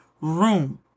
room